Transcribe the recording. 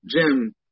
Jim